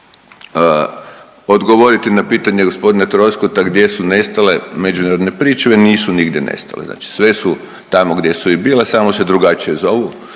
odgovoriti na pitanje gospodina Troskota gdje su nestale međunarodne pričuve, nisu nigdje nestale, znači sve su tamo gdje su i bile samo se drugačije zovu.